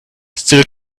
still